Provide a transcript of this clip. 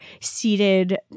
seated